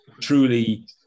Truly